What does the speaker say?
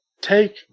take